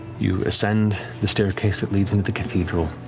you ascend the staircase that leads into the cathedral,